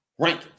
rankings